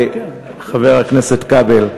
חבר הכנסת כבל,